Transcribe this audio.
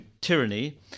Tyranny